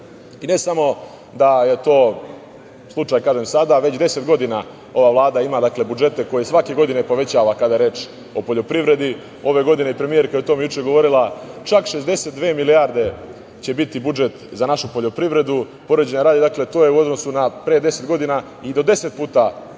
I ne samo da je to slučaj sada, već deset godina ova Vlada ima budžete koje svake godine povećava kada je reč o poljoprivredi. Ove godine, o tome je premijerka juče govorila, čak 62 milijarde će biti budžet za našu poljoprivredu. Poređenja radi, to je u odnosu na pre deset godina i do deset puta veći